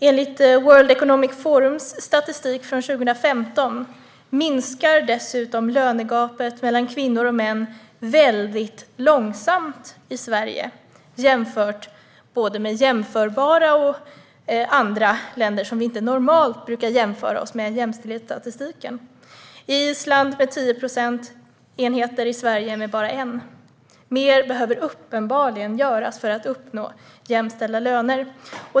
Enligt statistik från World Economic Forum 2015 minskar dessutom lönegapet mellan kvinnor och män mycket långsamt i Sverige jämfört med både jämförbara länder och andra länder som vi normalt inte brukar jämföra oss med i fråga om jämställdhetsstatistiken. I Island minskar det med 10 procentenheter, i Sverige med bara 1 procentenhet. Mer behöver uppenbarligen göras för att uppnå jämställda löner.